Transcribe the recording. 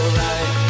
right